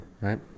right